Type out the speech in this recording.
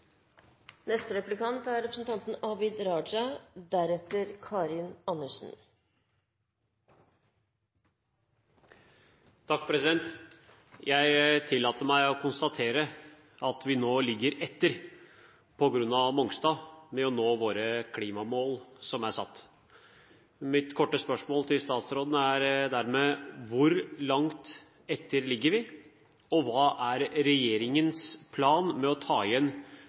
Jeg tillater meg å konstatere at vi nå ligger etter – på grunn av Mongstad – med å nå våre klimamål, som er satt. Mitt korte spørsmål til statsråden er dermed: Hvor langt etter ligger vi, og hva er regjeringens plan med å ta igjen